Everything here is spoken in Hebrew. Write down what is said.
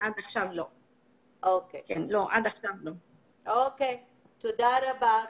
אנחנו מאוד עסוקים היום בקטע של הליווי של המשפחות